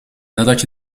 nadat